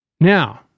Now